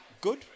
good